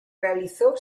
realizó